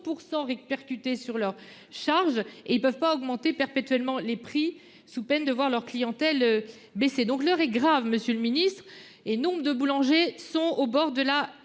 plus de 30% répercuter sur leurs charges et ils peuvent pas augmenter perpétuellement les prix sous peine de voir leur clientèle. Baisser donc l'heure est grave, Monsieur le Ministre et nombre de boulangers sont au bord de la